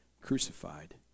crucified